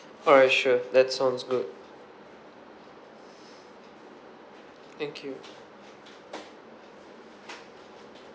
alright sure that sounds good thank you